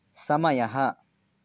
समयः